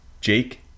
Jake